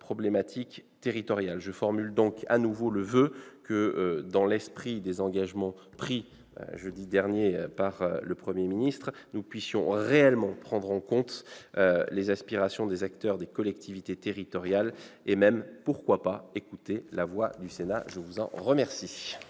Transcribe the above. problématiques territoriales. Je forme donc à nouveau le voeu que, dans l'esprit des engagements pris jeudi dernier par le Premier ministre, nous puissions réellement prendre en compte les aspirations des acteurs des collectivités territoriales- et même, pourquoi pas, écouter la voix du Sénat ! La parole